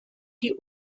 die